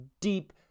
deep